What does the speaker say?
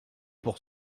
pour